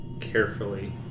carefully